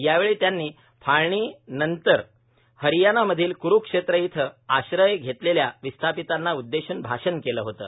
यावेळी त्यांनी फाळणीनंतर हरियाणामधील क्रुरक्षेत्र इथं आश्रय घेतलेल्या विस्थापितांना उद्देशून भाषण केलं होतं